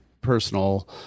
personal